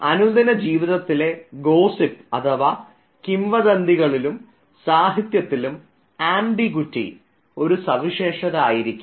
അനുദിന ജീവിതത്തിലെ ഗോസിപ്പ് അഥവാ കിംവദന്തികളിലും സാഹിത്യത്തിലും ആംബിഗുറ്റി ഒരു സവിശേഷത ആയിരിക്കാം